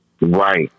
Right